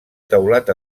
teulat